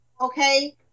okay